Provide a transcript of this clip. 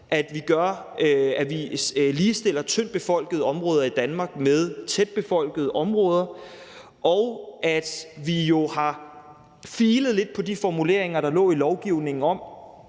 at vi ligestiller tyndt befolkede områder i Danmark med tæt befolkede områder, og at vi har filet på de formuleringer, der lå i lovgivningen, om,